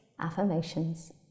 affirmations